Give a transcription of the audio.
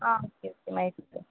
आ okay okay मागीर सुद्दा